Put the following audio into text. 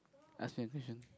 ask me a question